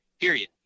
period